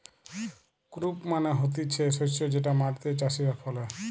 crop মানে হতিছে শস্য যেটা মাটিতে চাষীরা ফলে